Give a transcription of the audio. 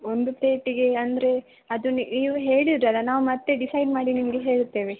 ಒಂದು ಪ್ಲೇಟಿಗೆ ಅಂದರೆ ಅದು ನೀವು ಹೇಳಿದ್ದೀರಲ್ಲ ನಾವು ಮತ್ತೆ ಡಿಸೈಡ್ ಮಾಡಿ ನಿಮಗೆ ಹೇಳ್ತೇವೆ